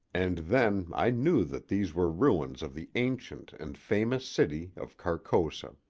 and then i knew that these were ruins of the ancient and famous city of carcosa.